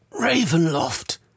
Ravenloft